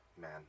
man